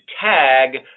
tag